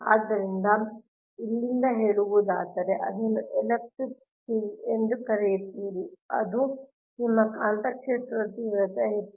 ಆದ್ದರಿಂದ ಇಲ್ಲಿಂದ ಹೇಳುವುದಾದರೆ ಅದನ್ನು ಎಲೆಕ್ಟ್ರಿಕ್ ಫೀಲ್ಡ್ ಎಂದು ಕರೆಯುತ್ತೀರಿ ಅದು ನಿಮ್ಮ ಕಾಂತಕ್ಷೇತ್ರದ ತೀವ್ರತೆ Hx